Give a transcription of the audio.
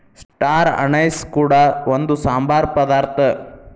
star anise ಕೂಡ ಒಂದು ಸಾಂಬಾರ ಪದಾರ್ಥ